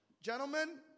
gentlemen